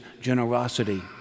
generosity